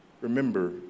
Remember